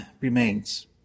remains